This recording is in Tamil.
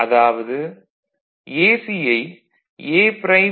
அதாவது AC ஐ A ப்ரைம்